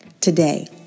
Today